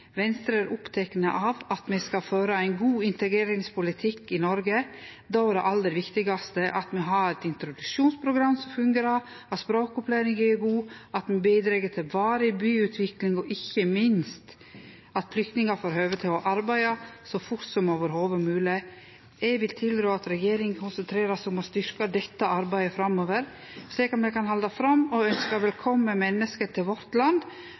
Venstre er oppteke av at me skal føre ein god integreringspolitikk i Noreg. Då er det aller viktigaste at me har eit introduksjonsprogram som fungerer, at språkopplæringa er god, at me bidreg til varig byutvikling, og ikkje minst at flyktningar får høve til å kome i arbeid så fort som i det heile mogleg. Eg vil tilrå at regjeringa konsentrerer seg om å styrkje dette arbeidet framover, slik at me kan halde fram med å ønskje velkomen menneske til vårt land